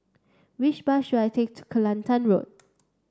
which bus should I take to Kelantan Road